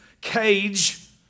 cage